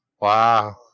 Wow